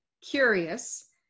curious